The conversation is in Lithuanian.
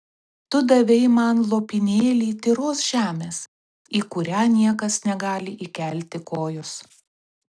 tu davei man lopinėlį tyros žemės į kurią niekas negali įkelti kojos